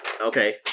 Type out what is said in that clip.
Okay